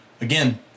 again